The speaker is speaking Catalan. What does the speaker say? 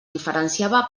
diferenciava